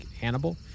Hannibal